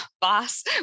boss